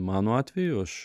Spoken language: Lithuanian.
mano atveju aš